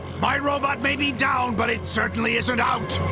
my robot maybe down, but it certainly isn't out.